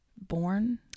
Born